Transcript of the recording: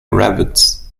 rabbits